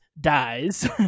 dies